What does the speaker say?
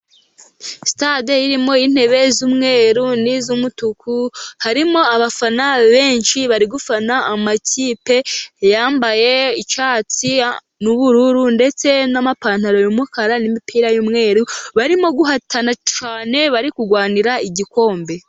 Sitade irimo intebe z'umweru n'iz'umutuku, harimo abafana benshi bari gufana, amakipe yambaye icyatsi n'ubururu ndetse n'amapantaro y'umukara, n'imipira y'umweru barimo guhatana cyane bari kurwanira igikombe.